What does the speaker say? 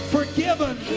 Forgiven